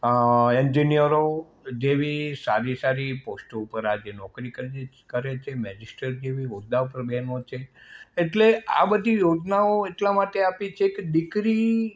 અ ઍન્જિનીયરો જેવી સારી સારી પોસ્ટો ઉપર આજે નોકરી કરી રહી છે કરે છે મેજિસ્ટર જેવી હોદ્દા પર બહેનો છે એટલે આ બધી યોજનાઓ એટલા માટે આપી છે કે દીકરી